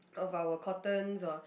of our cotton or